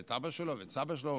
ואת אבא שלו ואת סבא שלו,